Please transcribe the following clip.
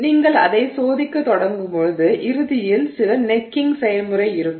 நீங்கள் அதைச் சோதிக்கத் தொடங்கும்போது இறுதியில் சில நெக்கிங் செயல்முறை இருக்கும்